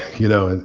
you know, and